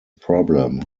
problem